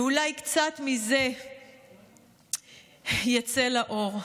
אולי קצת מזה יצא לאור,